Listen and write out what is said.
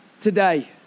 today